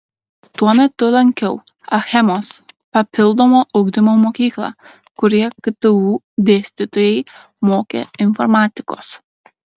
tuo metu lankiau achemos papildomo ugdymo mokyklą kurioje ktu dėstytojai mokė informatikos